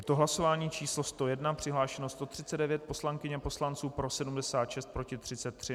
Je to hlasování číslo 101, přihlášeno 139 poslankyň a poslanců, pro 76, proti 33.